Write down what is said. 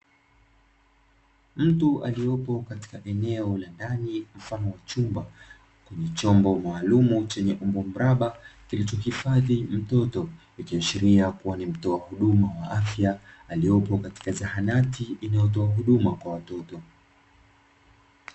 Mtu aliopo katika eneo la ndani mfano wa chumba , kuna chombo maalumu chenye umbo mraba kilichohifadhi mtoto, ikiashiria kuwa ni mtoa huduma wa afya aliopo katika zahanati inayotoa huduma kwa watoto.